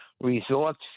resorts